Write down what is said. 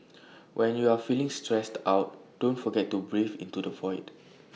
when you are feeling stressed out don't forget to breathe into the void